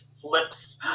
flips